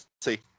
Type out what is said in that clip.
see